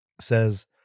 says